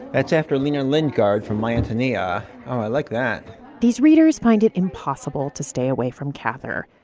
that's after lena lynn gaarde from my antonia. oh, i like that these readers find it impossible to stay away from cather.